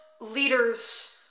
leaders